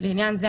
לעניין זה,